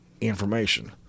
information